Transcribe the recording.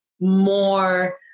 more